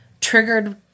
triggered